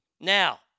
Now